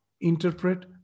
interpret